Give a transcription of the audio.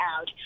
out